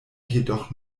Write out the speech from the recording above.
jedoch